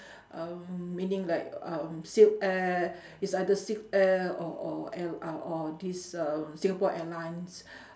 um meaning like um silk-air is either silk-air or or al~ or or this um singapore airlines